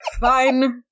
Fine